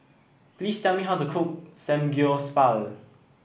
please tell me how to cook